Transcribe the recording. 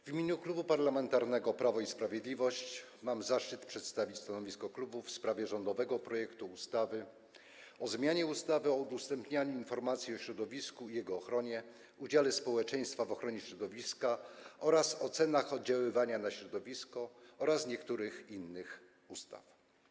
W imieniu Klubu Parlamentarnego Prawo i Sprawiedliwość mam zaszczyt przedstawić stanowisko klubu w sprawie rządowego projektu ustawy o zmianie ustawy o udostępnianiu informacji o środowisku i jego ochronie, udziale społeczeństwa w ochronie środowiska oraz o cenach oddziaływania na środowisko oraz niektórych innych ustaw.